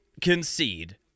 concede